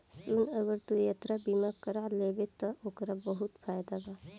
सुन अगर तू यात्रा बीमा कारा लेबे त ओकर बहुत फायदा बा